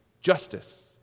justice